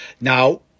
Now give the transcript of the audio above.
now